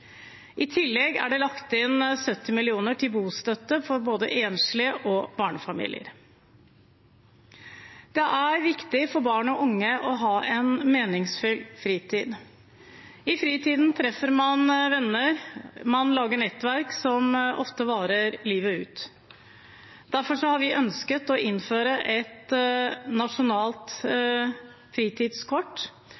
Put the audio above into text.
I tillegg er det lagt inn 70 mill. kr til bostøtte for enslige og barnefamilier. Det er viktig for barn og unge å ha en meningsfull fritid. I fritiden treffer man venner og lager nettverk som ofte varer livet ut. Derfor har vi ønsket å innføre et nasjonalt